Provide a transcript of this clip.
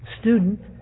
student